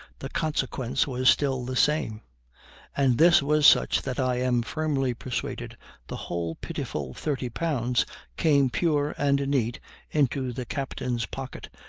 the consequence was still the same and this was such that i am firmly persuaded the whole pitiful thirty pounds came pure and neat into the captain's pocket,